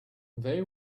they